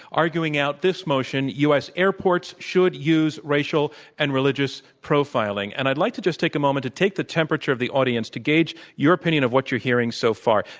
arguing out this motion, u. s. airports should use racial and religious profiling. and i'd like to just take a moment to take the temperature of the audience to gauge your opinion of what you're hearing so far.